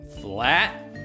flat